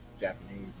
Japanese